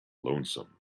lonesome